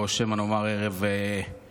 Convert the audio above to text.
או שמא נאמר ערב מרגש?